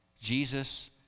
Jesus